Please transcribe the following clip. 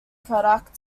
product